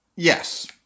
Yes